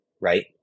right